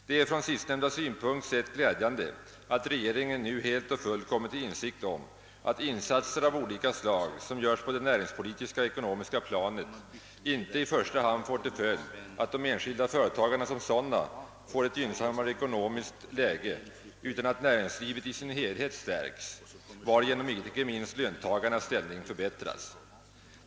Det är från sistnämnda synpunkt sett glädjande, att regeringen nu helt och fullt kommit till insikt om att insatser av olika slag på det näringspolitiska och ekonomiska planet icke i första hand får till följd att de enskilda företagarna som sådana får ett gynnsammare ekonomiskt läge, utan att näringslivet i sin helhet stärks, varigenom icke minst löntagarnas ställning förbättras.